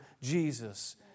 Jesus